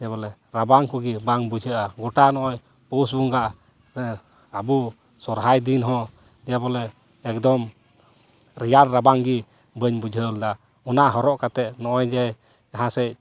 ᱡᱮᱵᱚᱞᱮ ᱨᱟᱵᱟᱝ ᱠᱚᱜᱮ ᱵᱟᱝ ᱵᱩᱡᱷᱟᱹᱜᱼᱟ ᱜᱚᱴᱟ ᱱᱚᱜᱼᱚᱭ ᱯᱳᱥ ᱵᱚᱸᱜᱟ ᱨᱮ ᱟᱵᱳ ᱥᱚᱨᱦᱟᱭ ᱫᱤᱱ ᱦᱚᱸ ᱡᱮᱵᱚᱞᱮ ᱮᱠᱫᱚᱢ ᱨᱮᱭᱟᱲ ᱨᱟᱵᱟᱝ ᱜᱮ ᱵᱟᱹᱧ ᱵᱩᱡᱷᱟᱹᱣ ᱞᱮᱫᱟ ᱚᱱᱟ ᱦᱚᱨᱚᱜ ᱠᱟᱛᱮᱫ ᱱᱚᱜᱼᱚᱭ ᱡᱮ ᱡᱟᱦᱟᱸᱥᱮᱫ